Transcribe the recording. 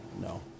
no